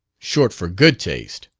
short for good taste.